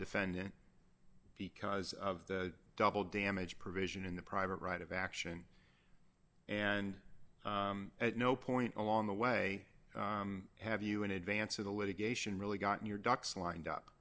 defendant because of the double damage provision in the private right of action and at no point along the way have you in advance of the litigation really gotten your ducks lined up